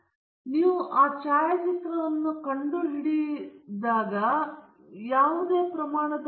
ಟೆಲಿಸ್ಕೋಪ್ನಲ್ಲಿಯೂ ಸಹ ನೀವು ಬಹಳಷ್ಟು ನೋಡುತ್ತೀರಿ ನಿಮಗೆ ಗೊತ್ತಾ ವೈರಿಂಗ್ ಪೋರ್ಟುಗಳನ್ನು ನೀವು ನೋಡುತ್ತೀರಿ ಮತ್ತು ವಿವಿಧ ವಿಷಯಗಳು ಇವೆ